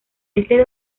este